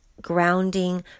grounding